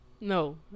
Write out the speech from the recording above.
No